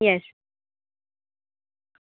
yes